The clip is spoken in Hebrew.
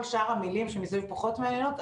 כל שאר המילים שמסביב פחות מעניינות.